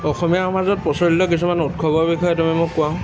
অসমীয়া সমাজত প্ৰচলিত কিছুমান উৎসৱৰ বিষয়ে তুমি মোক কোৱাচোন